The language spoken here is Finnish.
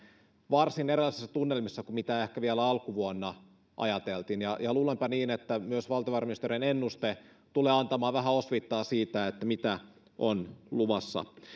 varsin erilaisissa tunnelmissa kuin mitä ehkä vielä alkuvuonna ajateltiin ja ja luulenpa niin että myös valtiovarainministeriön ennuste tulee antamaan vähän osviittaa siitä mitä on luvassa